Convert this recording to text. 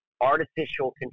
artificial